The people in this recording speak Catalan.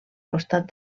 costat